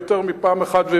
ויותר מפעם אחת,